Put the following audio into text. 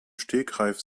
stegreif